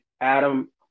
Adam